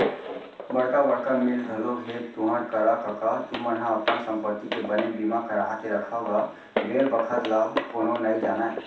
बड़का बड़का मील घलोक हे तुँहर करा कका तुमन ह अपन संपत्ति के बने बीमा करा के रखव गा बेर बखत ल कोनो नइ जानय